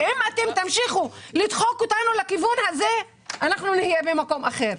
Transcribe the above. אם אתם תמשיכו לדחוק אותנו לכיוון הזה אנחנו נהיה במקום אחר.